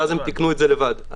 והם תיקנו את זה לבד.